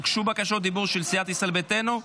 הוגשו בקשות דיבור של סיעת ישראל ביתנו.